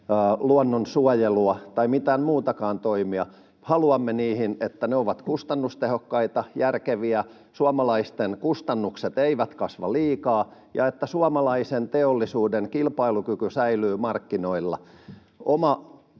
luonnonsuojelua tai mitään muitakaan toimia. Haluamme, että ne ovat kustannustehokkaita, järkeviä, että suomalaisten kustannukset eivät kasva liikaa ja että suomalaisen teollisuuden kilpailukyky säilyy markkinoilla.